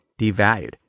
devalued